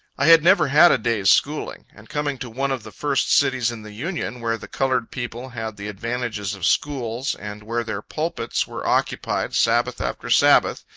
i had never had a day's schooling and coming to one of the first cities in the union, where the colored people had the advantages of schools, and where their pulpits were occupied, sabbath after sabbath,